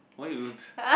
why you use